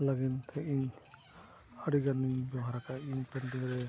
ᱞᱟᱹᱜᱤᱫᱛᱮ ᱤᱧ ᱟᱹᱰᱤ ᱜᱟᱱᱤᱧ ᱵᱮᱵᱚᱦᱟᱨ ᱟᱠᱟᱫᱼᱟ ᱤᱧ ᱨᱮ